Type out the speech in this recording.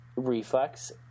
Reflex